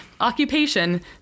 Occupation